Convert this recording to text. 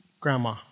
grandma